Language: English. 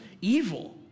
evil